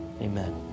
Amen